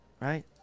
right